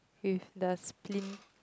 with the splint